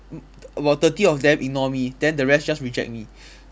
about thirty of them ignore me then the rest just reject me